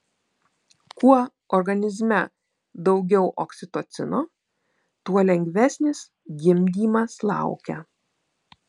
kuo organizme daugiau oksitocino tuo lengvesnis gimdymas laukia